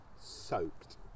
soaked